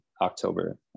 October